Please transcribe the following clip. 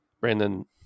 Brandon